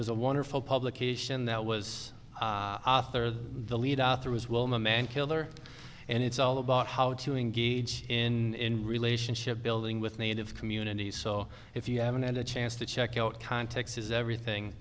was a wonderful publication that was the lead author was wilma mankiller and it's all about how to engage in relationship building with native communities so if you haven't had a chance to check out context is everything